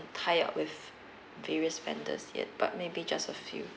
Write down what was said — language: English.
tie up with various vendors yet but may be just a few